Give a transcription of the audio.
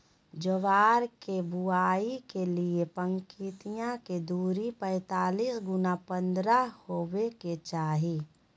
ज्वार के बुआई के लिए पंक्तिया के दूरी पैतालीस गुना पन्द्रह हॉवे के चाही